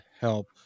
help